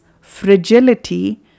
fragility